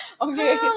okay